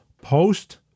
post